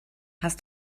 hast